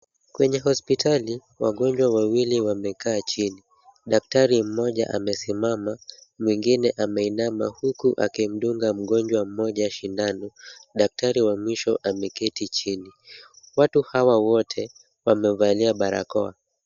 Kwenye hospitali, wagonjwa wawili wamekaa chini. Daktari mmoja amesimama, mwingine ameinama huku akimdunga mgonjwa mmoja sindano. Daktari wa mwisho ameketi chini. Watu hawa wote wamevalia barakoa.